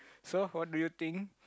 so what do you think